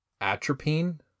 atropine